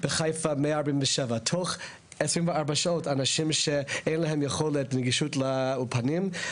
בחיפה 147. תוך 24 שעות אנשים שאין להם יכולת נגישות לאולפנים,